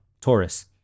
Taurus